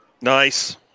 Nice